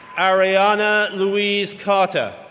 ariana louise carter,